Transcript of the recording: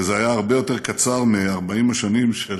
וזה היה הרבה יותר קצר מ-40 השנים של